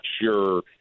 sure